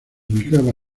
ubicaba